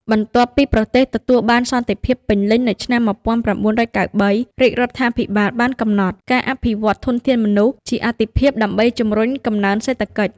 បន្ទាប់ពីប្រទេសទទួលបានសន្តិភាពពេញលេញនៅឆ្នាំ ១៩៩៣ រាជរដ្ឋាភិបាលបានកំណត់ ការអភិវឌ្ឍធនធានមនុស្ស ជាអាទិភាពដើម្បីជំរុញកំណើនសេដ្ឋកិច្ច។